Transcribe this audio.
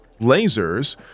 Lasers